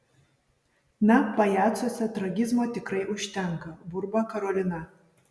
na pajacuose tragizmo tikrai užtenka burba karolina